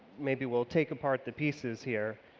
maybe we'll take apart the pieces here.